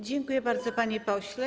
Dziękuję bardzo, panie pośle.